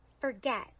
forget